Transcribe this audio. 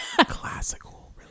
Classical